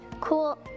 cool